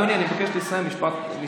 בבקשה, אדוני, אני מבקש לסיים במשפט אחד.